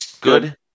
Good